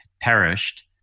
perished